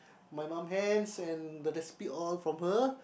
my mum hands and the recipe all from her